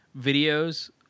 videos